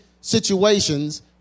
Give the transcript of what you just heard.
situations